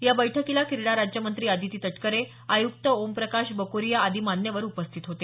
या बैठकीला क्रीडा राज्यमंत्री आदिती तटकरे आयुक्त ओमप्रकाश बकोरिया आदी मान्यवर उपस्थित होते